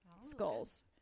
skulls